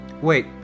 Wait